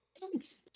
Thanks